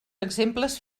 exemples